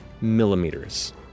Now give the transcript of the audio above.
millimeters